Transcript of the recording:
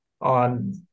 on –